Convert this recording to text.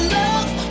love